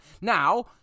Now